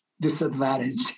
disadvantage